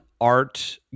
art